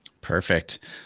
Perfect